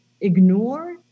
ignore